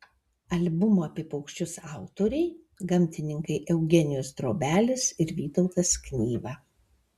albumo apie paukščius autoriai gamtininkai eugenijus drobelis ir vytautas knyva